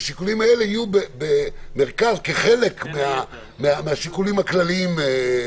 שהשיקולים האלה יהיו חלק מהשיקולים הכלליים.